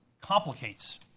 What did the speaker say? complicates